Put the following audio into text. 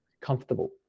comfortable